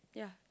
yeah